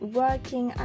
working